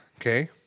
Okay